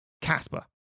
Casper